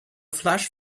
flash